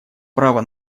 право